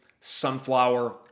sunflower